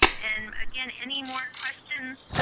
and again, any more questions